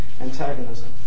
antagonism